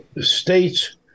states